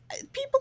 People